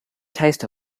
taste